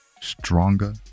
stronger